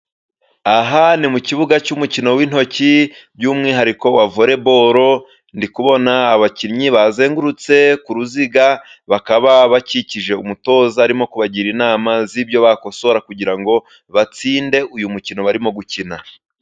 Aha ni mu kibuga cy'umukino w'intoki by'umwihariko voreboro, ndikubona abakinnyi bazengurutse ku ruziga, bakaba bakikije umutoza arimo kubagira inama z'ibyo bakosora, kugira ngo batsinde uyu mukino barimo gukina.